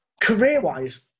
career-wise